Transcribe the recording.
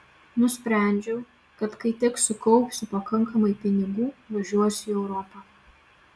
nusprendžiau kad kai tik sukaupsiu pakankamai pinigų važiuosiu į europą